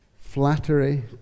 Flattery